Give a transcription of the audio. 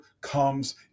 comes